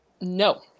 No